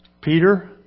Peter